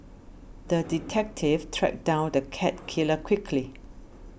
the detective tracked down the cat killer quickly